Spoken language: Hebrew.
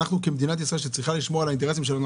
מדינת ישראל צריכה לשמור על האינטרסים שלה.